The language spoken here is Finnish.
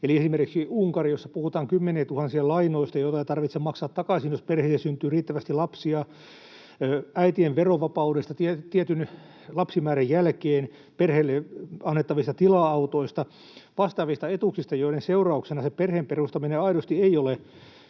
esimerkiksi Unkarista, jossa puhutaan kymmenientuhansien lainoista, joita ei tarvitse maksaa takaisin, jos perheeseen syntyy riittävästi lapsia, äitien verovapaudesta tietyn lapsimäärän jälkeen, perheille annettavista tila-autoista, vastaavista etuuksista, joiden seurauksena se perheen perustaminen aidosti ei ole